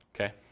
okay